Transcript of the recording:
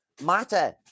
matter